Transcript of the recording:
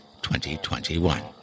2021